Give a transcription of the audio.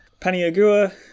Paniagua